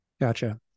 Gotcha